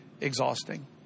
exhausting